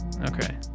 Okay